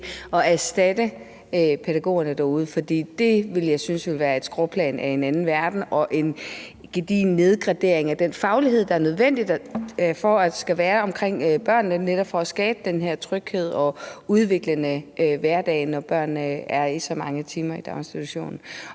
at erstatte pædagogerne derude. For det ville jeg synes ville være et skråplan af den anden verden og en gedigen nedgradering af den faglighed, der er nødvendig i forhold til børnene, netop for at skabe den her tryghed og udviklende hverdag, når børnene er i daginstitution